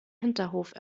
hinterhof